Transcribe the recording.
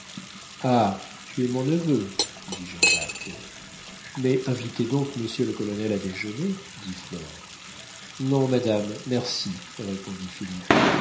ah tu es mon neveu dit jean-jacques mais invitez donc monsieur le colonel à déjeuner dit flore non madame merci répondit philippe